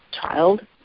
child